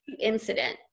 incident